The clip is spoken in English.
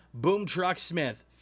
Boomtruck-Smith